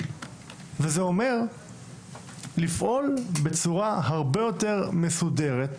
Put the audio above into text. וזה אומר לפעול בצורה הרבה יותר מסודרת,